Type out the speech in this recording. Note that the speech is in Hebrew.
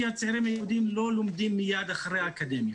כי הצעירים היהודים לא לומדים מייד אחרי האקדמיה.